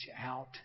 out